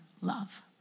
love